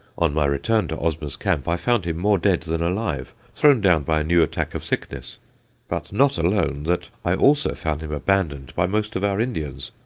on my return to osmers' camp, i found him more dead than alive, thrown down by a new attack of sickness but not alone that, i also found him abandoned by most of our indians,